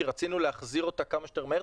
כי רצינו להחזיר אותה כמה שיותר מהר.